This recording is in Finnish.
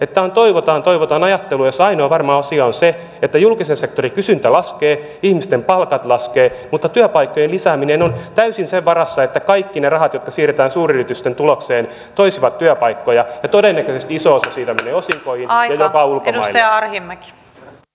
tämä on toivotaan toivotaan ajattelua jossa ainoa varma asia on se että julkisen sektorin kysyntä laskee ihmisten palkat laskevat mutta työpaikkojen lisääminen on täysin sen varassa että kaikki ne rahat jotka siirretään suuryritysten tulokseen toisivat työpaikkoja ja todennäköisesti iso osa niistä menee osinkoihin ja jopa ulkomaille